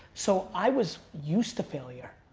so i was used to failure.